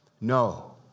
No